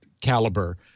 caliber